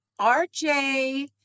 RJ